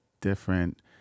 different